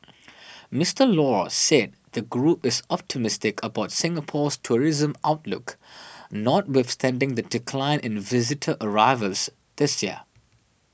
Mister Law said the group is optimistic about Singapore's tourism outlook not with standing the decline in visitor arrivals this year